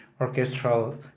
orchestral